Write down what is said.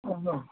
बोलो